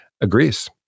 agrees